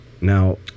Now